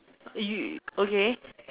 you you okay